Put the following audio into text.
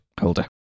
holder